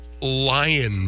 lion